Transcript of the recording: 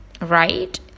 right